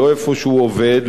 לא איפה שהוא עובד,